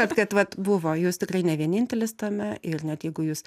bet kad vat buvo jūs tikrai ne vienintelis tame ir net jeigu jūs